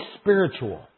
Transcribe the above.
spiritual